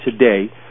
today